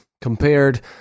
compared